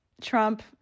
Trump